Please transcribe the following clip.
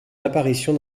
apparition